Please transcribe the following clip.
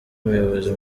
umuyobozi